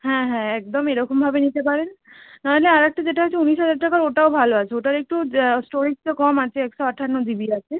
হ্যাঁ হ্যাঁ একদম এরকমভাবে নিতে পারেন না হলে আর একটা যেটা আছে উনিশ হাজার টাকার ওটাও ভালো আছে ওটার একটু স্টোরেজটা কম আছে একশো আটান্ন জিবি আছে